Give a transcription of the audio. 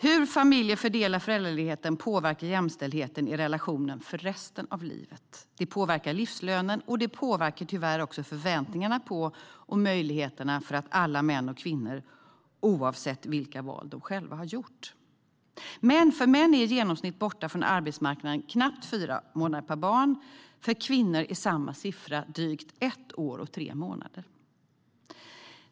Hur familjer fördelar föräldraledigheten påverkar jämställdheten i relationen för resten av livet. Det påverkar livslönen. Det påverkar tyvärr också förväntningarna på och möjligheterna för alla män och kvinnor oavsett vilka val de själva har gjort. Män är i genomsnitt borta från arbetsmarknaden knappt fyra månader per barn. Kvinnor är i genomsnitt borta från arbetsmarknaden drygt ett år och tre månader.